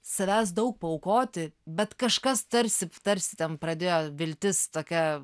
savęs daug paaukoti bet kažkas tarsi tarsi ten pradėjo viltis tokia